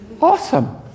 Awesome